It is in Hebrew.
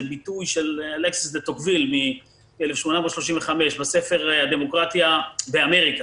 זה ביטוי של אלכסיס דה טוקוויל מ-1835 בספר "הדמוקרטיה באמריקה"